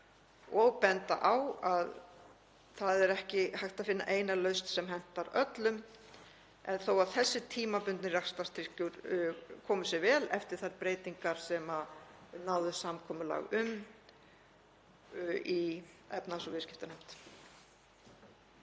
og benda á að það er ekki hægt að finna eina lausn sem hentar öllum, þó að þessi tímabundni rekstrarstuðningur komi sér vel eftir þær breytingar sem náðist samkomulag um í efnahags- og viðskiptanefnd.